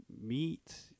meet